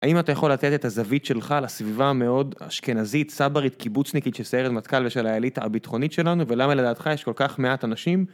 האם אתה יכול לתת את הזווית שלך לסביבה המאוד אשכנזית, צברית, קיבוצניקית שסיירת מטכל ושל האליטה הביטחונית שלנו, ולמה לדעתך יש כל כך מעט אנשים?